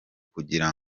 kugira